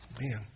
Man